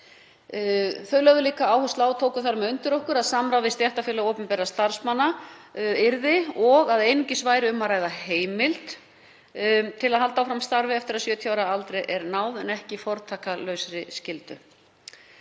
Þau lögðu líka áherslu á og tóku þar með undir með okkur að samráð við stéttarfélög opinberra starfsmanna yrði og að einungis væri um að ræða heimild til að halda áfram starfi eftir að 70 ára aldri er náð en ekki fortakslaus skylda.